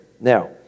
Now